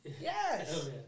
Yes